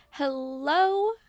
Hello